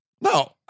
No